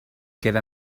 queda